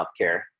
healthcare